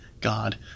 God